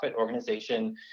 organization